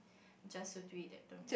just to eat that tomyum